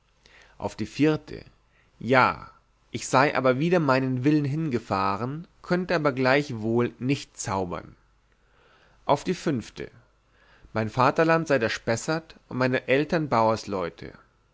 auf die vierte ja ich sei aber wider meinen willen hingefahren könnte aber gleichwohl nicht zaubern auf die fünfte mein vatterland sei der spessert und meine eltern